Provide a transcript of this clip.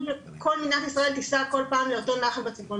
שכל מדינת ישראל תיסע כל פעם לאותו נחל בצפון.